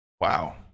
wow